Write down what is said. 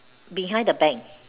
behind the bank